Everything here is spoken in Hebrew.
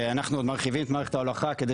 ואנחנו עוד מרחיבים את מערכת ההולכה כדי